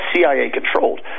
CIA-controlled